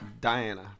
Diana